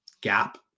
gap